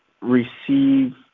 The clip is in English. receive